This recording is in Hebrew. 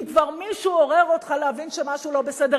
אם כבר מישהו עורר אותך להבין שמשהו לא בסדר,